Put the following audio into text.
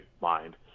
mind